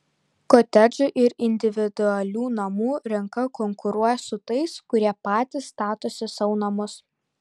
kotedžų ir individualių namų rinka konkuruoja su tais kurie patys statosi sau namus